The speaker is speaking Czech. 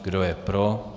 Kdo je pro?